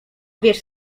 wiesz